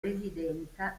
residenza